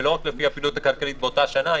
ולא רק לפי הפעילות הכלכלית באותה שנה,